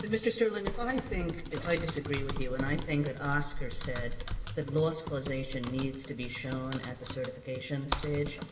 mr. sterling, if i think if i disagree with you and i think that oscar said that loss causation needs to be shown at the certification stage,